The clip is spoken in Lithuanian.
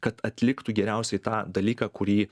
kad atliktų geriausiai tą dalyką kurį